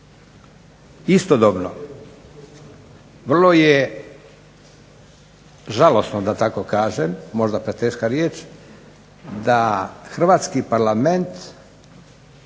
istodobno vrlo je žalosno da tako kažem, možda preteška riječ, da Hrvatski parlament